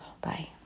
Bye